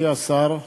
אדוני השר,